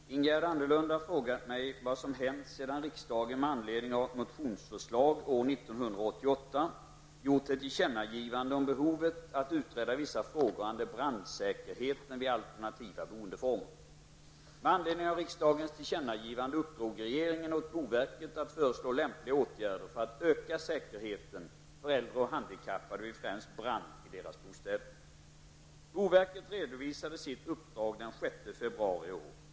Herr talman! Ingegerd Anderlund har frågat mig vad som hänt sedan riksdagen med anledning av ett motionsförslag år 1988 gjort ett tillkännagivande om behovet att utreda vissa frågor angående brandsäkerheten vid alternativa boendeformer. Boverket redovisade sitt uppdrag den 6 februari i år.